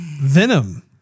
Venom